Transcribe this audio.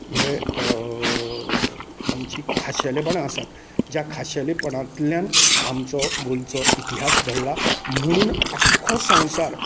हे आमचें खाशेलेंपणां आसात ज्या खाशेल्यापणांतल्यान आमचो गोंयचो इतिहास घडला म्हणून आख्खो संवसार